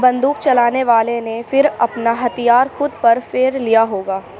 بندوق چلانے والے نے پھر اپنا ہتھیار خود پر پھیر لیا ہوگا